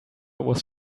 was